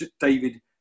David